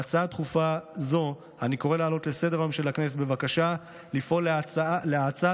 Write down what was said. בהצעה דחופה זו אני קורא להעלות לסדר-היום של הכנסת בקשה לפעול להאצת